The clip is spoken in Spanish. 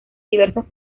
diversas